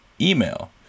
email